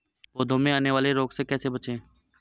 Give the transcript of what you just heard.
पौधों में आने वाले रोग से कैसे बचें?